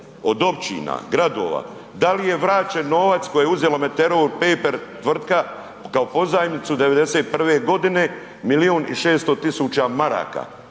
od općina, gradova da li je vraćen novac koji je uzela Meteor Paper tvrtka kao pozajmicu '91. godinu milijun i 600 tisuća maraka.